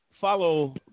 follow